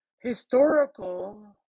historical